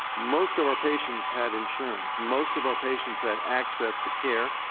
most of our patients had insurance. most of our patients had access to care.